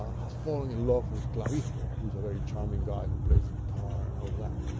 has fallen in love with clavijo, who is a very charming guy, who plays the guitar, and all of that.